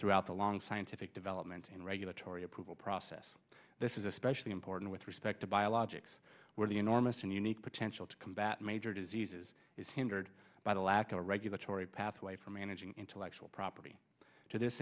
throughout the long scientific development and regulatory approval process this is especially important with respect to biologics where the enormous and unique potential to combat major diseases is hindered by the lack of a regulatory pathway for managing intellectual property to this